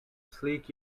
sleek